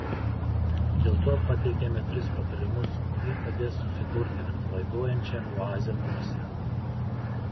dėl to pateikiame tris patarimus kurie padės susikurti atpalaiduojančią oazę namuose